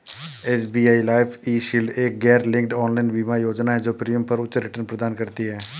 SBI life eShield एक गैरलिंक्ड online बीमा योजना है जो प्रीमियम पर उच्च रिटर्न प्रदान करती है